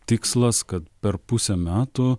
tikslas kad per pusę metų